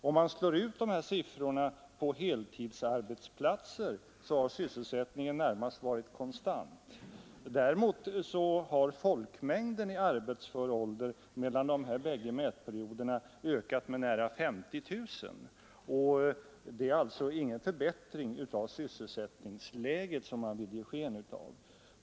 Om man slår ut dessa siffror på heltidsarbetsplatser, har sysselsättningen närmast varit konstant. Däremot har folkmängden i arbetsför ålder mellan dessa bägge mätperioder ökat med nära 50 000 och det är alltså ingen förbättring av sysselsättningsläget, vilket regeringen vill ge sken av.